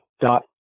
dot